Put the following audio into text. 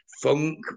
funk